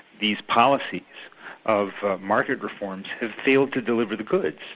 these policies of market reforms, failed to deliver the goods.